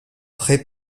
prêt